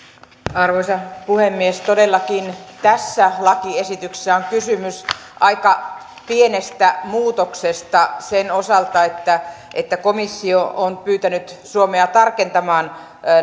arvoisa puhemies tässä lakiesityksessä on todellakin kysymys aika pienestä muutoksesta sen osalta että että komissio on pyytänyt suomea tarkentamaan